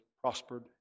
prospered